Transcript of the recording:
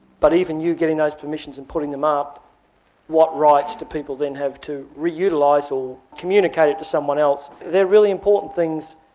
but even you getting those permissions and putting them up what rights do people then have to reutilise or communicate it to someone else? they're really important things,